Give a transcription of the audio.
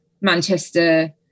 Manchester